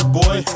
boy